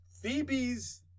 Phoebe's